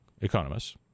economists